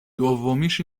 دومیش